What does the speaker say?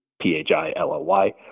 P-H-I-L-L-Y